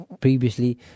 previously